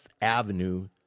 Avenue